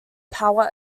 power